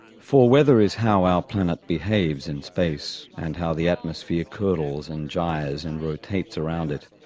for weather is how our planet behaves in space and how the atmosphere curdles and gyres and rotates around it,